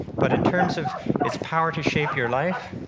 but in terms of its power to shape your life,